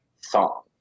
song